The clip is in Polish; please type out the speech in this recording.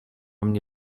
mnie